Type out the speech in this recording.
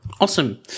Awesome